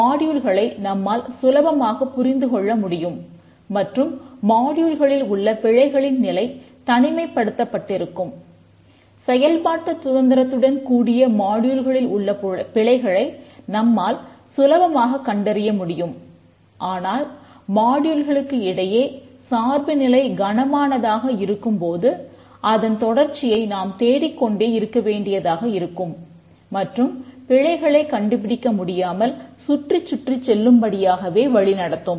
படத்தில் கொடுக்கப்பட்ட முதல் உதாரணத்தில் உள்ள மாடியூல்களுக்கு இடையே சார்புநிலை கனமானதாக இருக்கும் போது அதன் தொடர்ச்சியை நாம் தேடிக் கொண்டே இருக்க வேண்டியதாக இருக்கும் மற்றும் பிழைகளைக் கண்டுபிடிக்க முடியாமல் சுற்றிச்சுற்றிச் செல்லும் படியாகவே வழிநடத்தும்